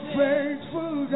faithful